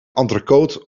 entrecote